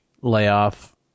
layoff